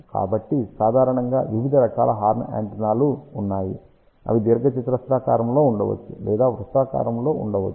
కాబట్టి సాధారణంగా వివిధ రకాల హార్న్ యాంటెనాలు ఉన్నాయి అవి దీర్ఘచతురస్రాకారంలో ఉండవచ్చు లేదా వృత్తాకారంలో ఉండవచ్చు